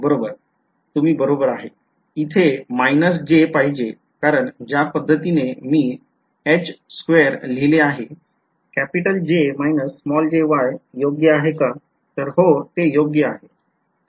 हो बरोबर तुम्ही बरोबर आहेत इथे पाहिजे कारण ज्या पद्धतीने मी लिहिले आहे योग्य आहे का तर हो ते योग्य आहे